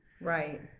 Right